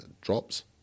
drops